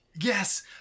Yes